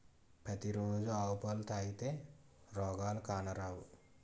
పతి రోజు ఆవు పాలు తాగితే రోగాలు కానరావు